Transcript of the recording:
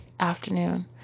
afternoon